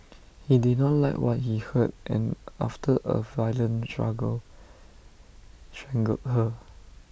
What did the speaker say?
he did not like what he heard and after A violent struggle strangled her